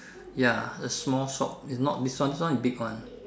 ya a small shop not this one this one is big one